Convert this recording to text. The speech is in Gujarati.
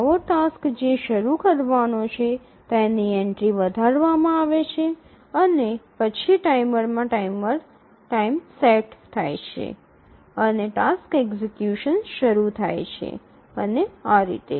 નવો ટાસ્ક જે શરૂ કરવાનો છે તેની એન્ટ્રી વધારવામાં આવે છે અને પછી ટાઈમરમાં ટાઇમ સેટ થાય છે અને ટાસ્ક એક્ઝિકયુશન શરૂ થાય છે અને આ રીતે